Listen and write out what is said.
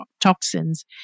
toxins